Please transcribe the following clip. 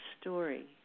story